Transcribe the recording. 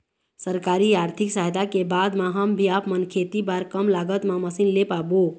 सरकारी आरथिक सहायता के बाद मा हम भी आपमन खेती बार कम लागत मा मशीन ले पाबो?